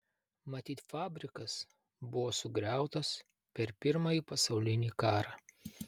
matyt fabrikas buvo sugriautas per pirmąjį pasaulinį karą